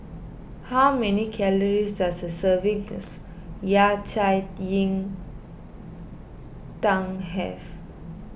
how many calories does a serving of Yao Cai Yin Tang have